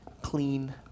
clean